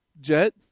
Jet